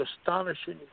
astonishing